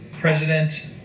President